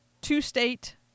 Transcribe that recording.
two-state